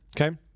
Okay